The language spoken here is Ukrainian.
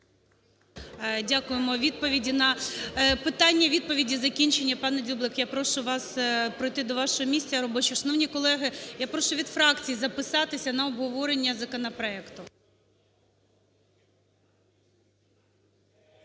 Дякуємо. Відповіді на… Питання-відповіді закінчені. Пане Дзюблик, я прошу вас пройти до вашого місця робочого. Шановні колеги, я прошу від фракцій записатися на обговорення законопроекту.